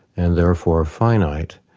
and therefore finite.